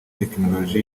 tekinoloji